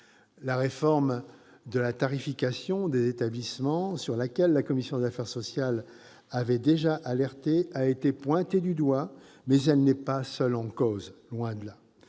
La réforme de la tarification des établissements, sur laquelle la commission des affaires sociales avait déjà alerté, a été pointée du doigt, mais elle n'est pas seule en cause, loin de là.